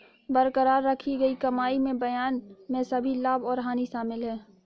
बरकरार रखी गई कमाई में बयान में सभी लाभ और हानि शामिल हैं